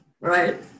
right